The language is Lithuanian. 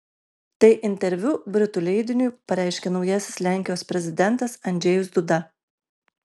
tai interviu britų leidiniui pareiškė naujasis lenkijos prezidentas andžejus duda